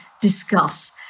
discuss